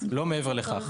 לא מעבר לכך.